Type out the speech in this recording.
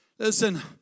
Listen